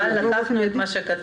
יובל, הוספנו את מה שהצעת.